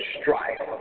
strife